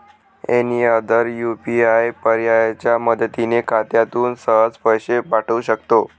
any other UPI पर्यायाच्या मदतीने खात्यातून सहज पैसे पाठवू शकतो